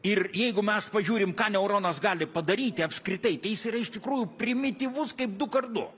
ir jeigu mes pažiūrim ką neuronas gali padaryti apskritai tai jis yra iš tikrųjų primityvus kaip du kart du